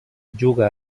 juga